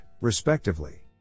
respectively